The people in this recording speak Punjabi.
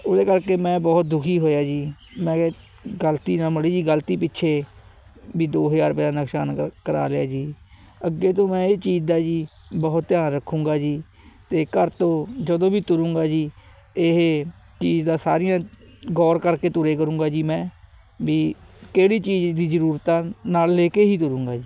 ਉਹਦੇ ਕਰਕੇ ਮੈਂ ਬਹੁਤ ਦੁਖੀ ਹੋਇਆ ਜੀ ਮੈਂ ਕਿਹਾ ਗਲਤੀ ਨਾਲ ਮਾੜੀ ਜਿਹੀ ਗਲਤੀ ਪਿੱਛੇ ਵੀ ਦੋ ਹਜ਼ਾਰ ਰੁਪਏ ਦਾ ਨੁਕਸਾਨ ਕ ਕਰਾ ਲਿਆ ਜੀ ਅੱਗੇ ਤੋਂ ਮੈਂ ਇਹ ਚੀਜ਼ ਦਾ ਜੀ ਬਹੁਤ ਧਿਆਨ ਰੱਖਾਂਗਾ ਜੀ ਅਤੇ ਘਰ ਤੋਂ ਜਦੋਂ ਵੀ ਤੁਰਾਂਗਾ ਜੀ ਇਹ ਚੀਜ਼ ਦਾ ਸਾਰੀਆਂ ਗੌਰ ਕਰਕੇ ਤੁਰੇ ਕਰਾਂਗਾ ਜੀ ਮੈਂ ਵੀ ਕਿਹੜੀ ਚੀਜ਼ ਦੀ ਜਰੂਰਤ ਆ ਨਾਲ ਲੈ ਕੇ ਹੀ ਤੁਰਾਂਗਾ ਜੀ